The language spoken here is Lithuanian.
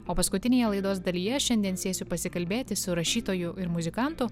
o paskutinėje laidos dalyje šiandien sėsiu pasikalbėti su rašytoju ir muzikantu